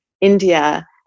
India